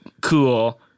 cool